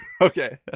Okay